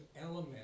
element